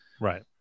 Right